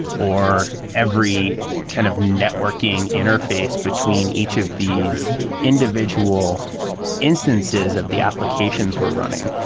or every kind of networking interface between each of these individual instances of the applications we're running.